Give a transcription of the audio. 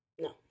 No